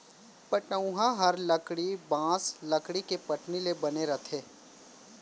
पटउहॉं हर लकड़ी, बॉंस, लकड़ी के पटनी ले बने रथे